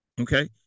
Okay